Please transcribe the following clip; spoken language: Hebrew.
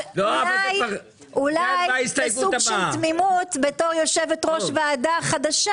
אולי זה היה סוג של תמימות כיושבת ראש ועדה חדשה